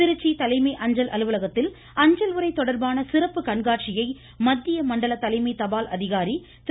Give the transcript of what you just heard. திருச்சி தலைமை அஞ்சல் அலுவலகத்தில் அஞ்சல் உரை தொடர்பான சிறப்பு கண்காட்சியை மத்திய மண்டல தலைமை தபால் அதிகாரி திரு